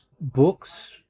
books